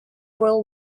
boil